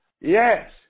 Yes